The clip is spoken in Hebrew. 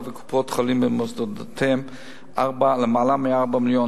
וקופות-החולים במוסדותיהן למעלה מ-4 מיליון